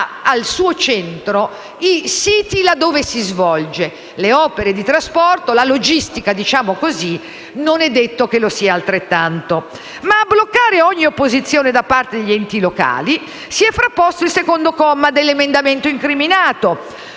al suo centro i siti in cui si svolge; le opere di trasporto e la logistica non è detto che lo siano altrettanto. Ma a bloccare ogni opposizione da parte degli enti locali si è frapposto il secondo comma dell'emendamento incriminato;